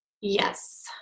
Yes